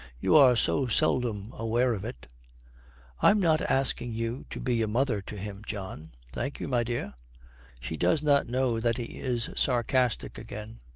you are so seldom aware of it i am not asking you to be a mother to him, john thank you, my dear she does not know that he is sarcastic again.